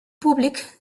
públic